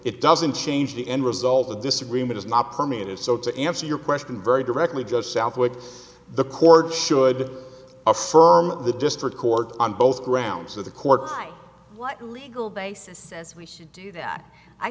it doesn't change the end result the disagreement is not permit it so to answer your question very directly just south of the chord should affirm the district court on both grounds of the court what legal basis says we should do that i